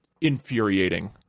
infuriating